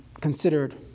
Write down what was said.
considered